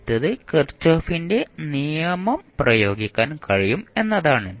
ആദ്യത്തേത് കിർചോഫിന്റെ നിയമം പ്രയോഗിക്കാൻ കഴിയും എന്നതാണ്